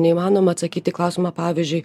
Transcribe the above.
neįmanoma atsakyti į klausimą pavyzdžiui